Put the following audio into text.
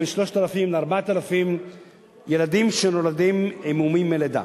בין 3,000 ל-4,000 ילדים שנולדים עם מומים מלידה.